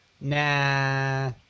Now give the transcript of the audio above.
Nah